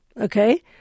Okay